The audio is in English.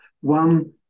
one